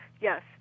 yes